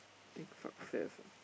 think success ah